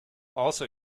also